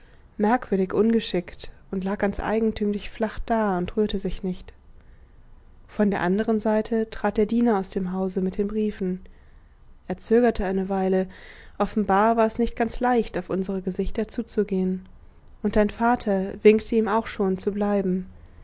merkwürdig ungeschickt und lag ganz eigentümlich flach da und rührte sich nicht von der andern seite trat der diener aus dem hause mit den briefen er zögerte eine weile offenbar war es nicht ganz leicht auf unsere gesichter zuzugehen und dein vater winkte ihm auch schon zu bleiben